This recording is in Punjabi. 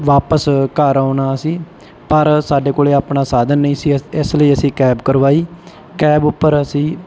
ਵਾਪਸ ਘਰ ਆਉਣਾ ਸੀ ਪਰ ਸਾਡੇ ਕੋਲ ਆਪਣਾ ਸਾਧਨ ਨਹੀਂ ਸੀ ਇ ਇਸ ਲਈ ਅਸੀਂ ਕੈਬ ਕਰਵਾਈ ਕੈਬ ਉੱਪਰ ਅਸੀਂ